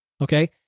Okay